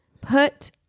put